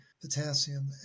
potassium